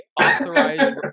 authorized